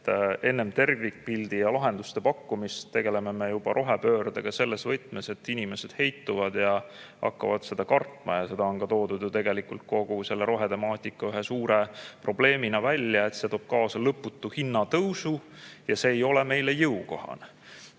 Enne tervikpildi ja lahenduste pakkumist tegeleme me juba rohepöördega selles võtmes, et inimesed heituvad ja hakkavad seda kartma. Seda on ju toodud tegelikult kogu selle rohetemaatika ühe suure probleemina välja: see toob kaasa lõputu hinnatõusu ja see ei ole meile jõukohane.